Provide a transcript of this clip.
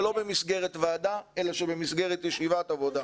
שלא במסגרת ועדה אלא במסגרת ישיבת עבודה.